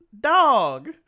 Dog